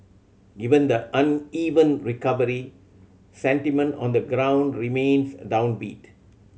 given the uneven recovery sentiment on the ground remains downbeat